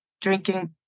drinking